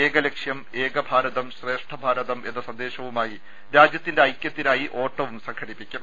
ഏകലക്ഷ്യം ഏകഭാരതം ശ്രേഷ്ഠഭാ രതം എന്ന സന്ദേശവുമായി രാജ്യത്തിന്റെ ഐക്യത്തിനായി ഓട്ടവും സംഘടിപ്പിക്കും